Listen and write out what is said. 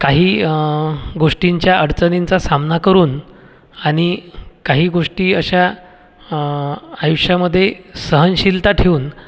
काही गोष्टींचा अडचणींचा सामना करून आणि काही गोष्टी अशा आयुष्यामध्ये सहनशीलता ठेवून